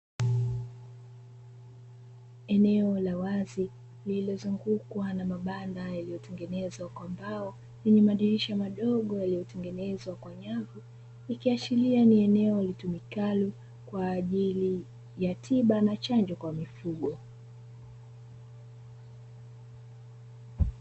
Eneo la wazi lililo zungukwa na mabanda yalio tengenezwa kwa mbao yenye madirisha madogo yalio tengenezwa kwa nyavu, ikiashiria ni eneo litumikalo kwa ajili ya tiba na chanjo kwa mifugo.